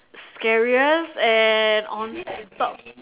scariest and on top